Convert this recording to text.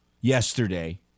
yesterday